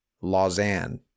Lausanne